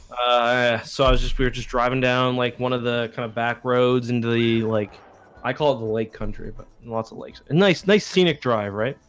ah so i was just we were just driving down like one of the kind of backroads and really like i call it the lake country but lots of lakes a nice nice scenic drive,